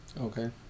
Okay